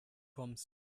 kommst